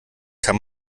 kann